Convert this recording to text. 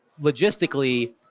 logistically